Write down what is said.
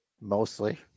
mostly